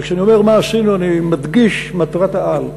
וכשאני אומר מה עשינו, אני מדגיש: מטרת העל.